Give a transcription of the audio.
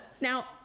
Now